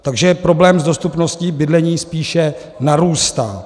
Takže problém s dostupností bydlení spíše narůstá.